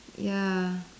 ya